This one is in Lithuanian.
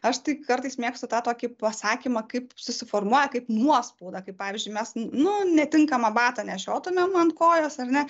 aš tai kartais mėgstu tą tokį pasakymą kaip susiformuoja kaip nuospauda kai pavyzdžiui mes nu netinkamą batą nešiotumėm ant kojos ar ne